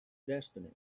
destiny